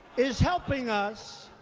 is helping us